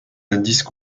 indices